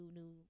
new